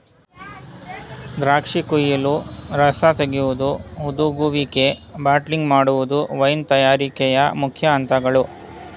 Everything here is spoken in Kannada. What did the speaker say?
ದ್ರಾಕ್ಷಿ ಕುಯಿಲು, ರಸ ತೆಗೆಯುವುದು, ಹುದುಗುವಿಕೆ, ಬಾಟ್ಲಿಂಗ್ ಮಾಡುವುದು ವೈನ್ ತಯಾರಿಕೆಯ ಮುಖ್ಯ ಅಂತಗಳು